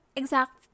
exact